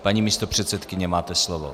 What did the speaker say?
Paní místopředsedkyně, máte slovo.